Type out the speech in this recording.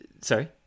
Sorry